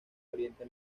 oriente